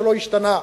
שלא השתנה.